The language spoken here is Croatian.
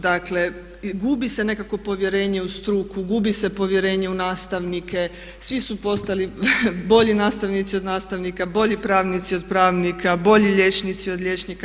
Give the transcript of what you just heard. Dakle, gubi se nekako povjerenje u struku, gubi se povjerenje u nastavnike, svi su postali bolji nastavnici od nastavnika, bolji pravnici od pravnika, bolji liječnici od liječnika.